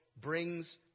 brings